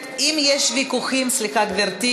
עליזה לביא בעד.